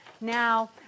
Now